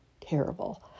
terrible